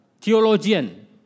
theologian